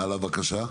הלאה, בבקשה.